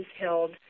held